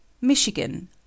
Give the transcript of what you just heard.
Michigan